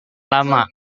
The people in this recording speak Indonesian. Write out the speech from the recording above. lama